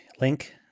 Link